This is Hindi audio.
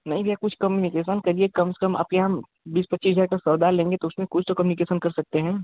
नहीं भैया कुछ कमनिकेसन करिए कम से कम आपके हम बीस पच्चीस हजार का सौदा लेंगे तो उसमें कुछ तो कमनिकेसन कर सकते हैं